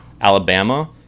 Alabama